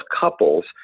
couples